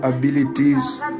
abilities